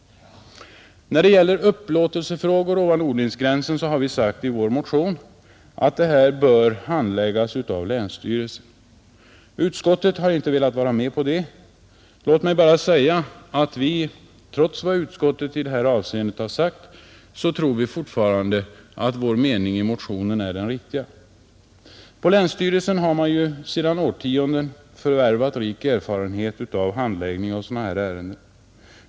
När det gäller upplåtelser ovan odlingsgränsen har vi i vår motion hävdat att dessa frågor bör handläggas av länsstyrelsen. Utskottet har inte velat vara med på detta. Låt mig säga att vi, trots vad utskottet i detta avseende framför, fortfarande tror att vårt förslag är det riktiga. På länsstyrelsen har man under årtionden förvärvat rik erfarenhet av handläggning av sådana här ärenden.